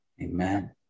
Amen